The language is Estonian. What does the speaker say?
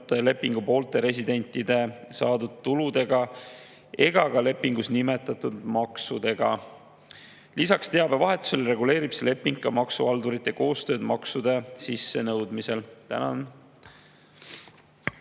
lepingupoolte residentide saadud tuludega ega ka lepingus nimetatud maksudega. Lisaks teabevahetusele reguleerib see leping maksuhaldurite koostööd maksude sissenõudmisel.